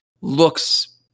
looks